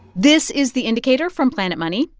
this is the indicator from planet money.